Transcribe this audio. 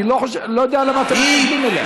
אני לא יודע למה אתם מתנגדים לה.